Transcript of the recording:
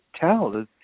tell